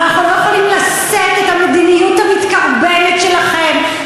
אנחנו לא יכולים לשאת את המדיניות המתקרבנת שלכם,